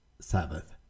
Sabbath